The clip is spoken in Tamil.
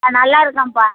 ஆ நல்லாயிருக்கம்ப்பா